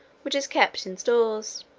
which is kept in stores.